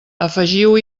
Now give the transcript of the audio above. afegiu